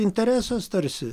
interesas tarsi